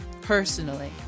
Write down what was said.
personally